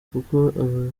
kuko